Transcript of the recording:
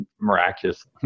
miraculous